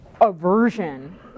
aversion